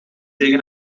tegen